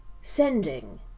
sending